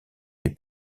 les